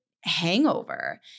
hangover